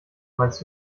meinst